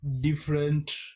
different